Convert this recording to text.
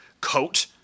coat